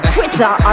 Twitter